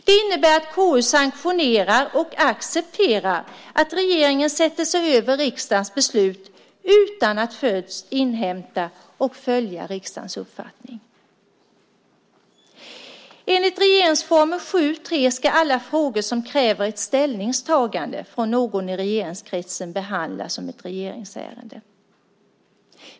Det här innebär att KU sanktionerar och accepterar att regeringen sätter sig över riksdagens beslut utan att först inhämta och följa riksdagens uppfattning. Enligt regeringsformen 7 kap. 3 § ska alla frågor som kräver ett ställningstagande från någon i regeringskretsen behandlas som ett regeringsärende.